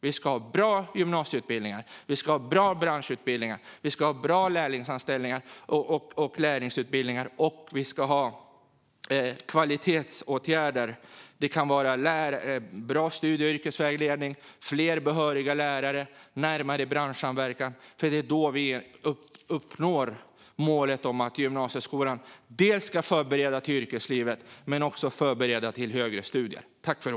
Vi ska ha bra gymnasieutbildningar, branschutbildningar, lärlingsanställningar och lärlingsutbildningar, och vi ska ha kvalitetsåtgärder. Det kan vara bra studie och yrkesvägledning, fler behöriga lärare och bra branschsamverkan, för det är då vi uppnår målet att gymnasieskolan ska förbereda inför yrkeslivet men också för högre studier.